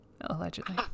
Allegedly